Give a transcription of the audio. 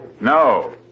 No